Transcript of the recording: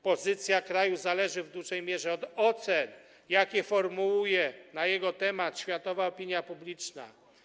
Pozycja kraju zależy w dużej mierze od ocen, jakie formułuje na jego temat światowa opinia publiczna.